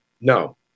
No